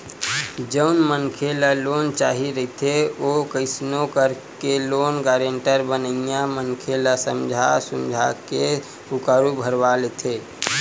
जउन मनखे ल लोन चाही रहिथे ओ कइसनो करके लोन गारेंटर बनइया मनखे ल समझा सुमझी के हुँकारू भरवा लेथे